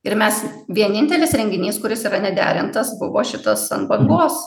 ir mes vienintelis renginys kuris yra nederintas buvo šitas ant bangos